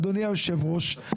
אדוני היושב ראש,